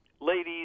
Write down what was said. ladies